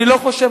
אני לא חושב,